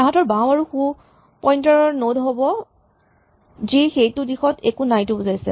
তাঁহাতৰ বাওঁ আৰু সোঁ পইন্টাৰ নন হ'ব যি সেইটো দিশত একো নাই টো বুজাইছে